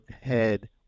head